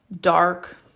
dark